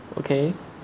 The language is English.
okay